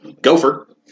gopher